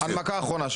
הנמקה אחרונה.